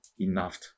enough